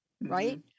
right